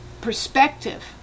perspective